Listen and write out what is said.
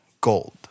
Gold